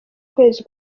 kwezi